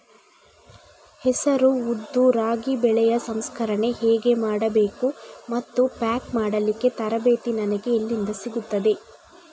ಹೆಸರು, ಉದ್ದು, ರಾಗಿ ಬೆಳೆಯ ಸಂಸ್ಕರಣೆ ಹೇಗೆ ಮಾಡಬೇಕು ಮತ್ತು ಪ್ಯಾಕ್ ಮಾಡಲಿಕ್ಕೆ ತರಬೇತಿ ನನಗೆ ಎಲ್ಲಿಂದ ಸಿಗುತ್ತದೆ?